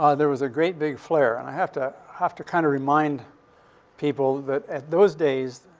ah there was a great big flare. and i have to have to kind of remind people that, at those days,